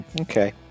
Okay